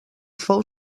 fou